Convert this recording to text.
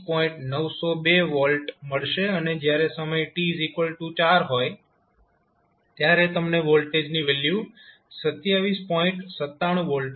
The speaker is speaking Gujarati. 902 V મળશે અને જયારે સમય t4 હોય ત્યારે તમને વોલ્ટેજની વેલ્યુ 27